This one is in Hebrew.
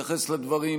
אז נא לשמור על השקט.